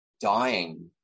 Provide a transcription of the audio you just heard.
dying